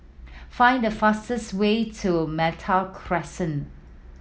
find the fastest way to Malta Crescent